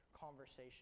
conversation